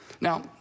Now